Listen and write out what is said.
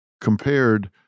compared